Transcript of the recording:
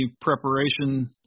preparation